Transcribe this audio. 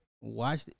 watch